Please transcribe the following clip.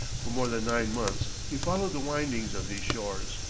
for more than nine months he followed the windings of these shores,